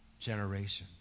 generations